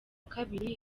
kabiri